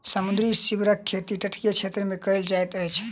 समुद्री सीवरक खेती तटीय क्षेत्र मे कयल जाइत अछि